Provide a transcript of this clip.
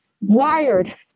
wired